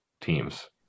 teams